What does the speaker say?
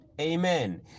Amen